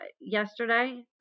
yesterday